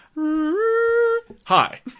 Hi